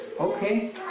Okay